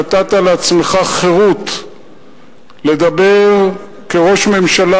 כשנתת לעצמך חירות לדבר כראש ממשלה,